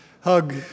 hug